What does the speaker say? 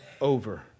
over